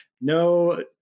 No